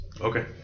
Okay